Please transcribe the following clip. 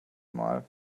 mal